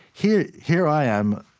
here here i am,